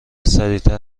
سریعتر